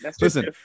Listen